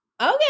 okay